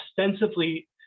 ostensibly